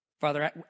Father